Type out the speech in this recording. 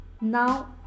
Now